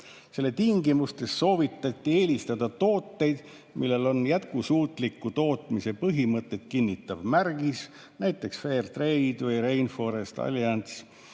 Selle tingimustes soovitati eelistada tooteid, millel on jätkusuutliku tootmise põhimõtteid kinnitav märgis, näiteks Fairtrade või Rainforest Alliance.